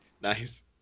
nice